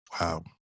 Wow